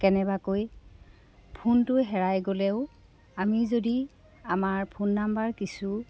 কেনেবাকৈ ফোনটো হেৰাই গ'লেও আমি যদি আমাৰ ফোন নম্বৰ কিছু